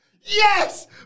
Yes